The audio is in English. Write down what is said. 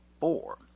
four